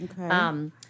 Okay